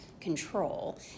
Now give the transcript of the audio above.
control